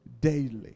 daily